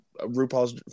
RuPaul's